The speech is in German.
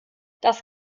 das